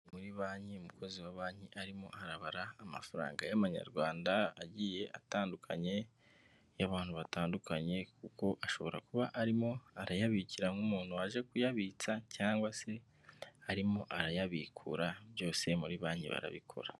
Muri banki umukozi wa banki arimo arabara amafaranga y'amanyarwanda agiye atandukanye, y'abantu batandukanye, kuko ashobora kuba arimo arayabikira nk'umuntu waje kuyabitsa, cyangwa se arimo arayabikura, byose muri banki barabikora.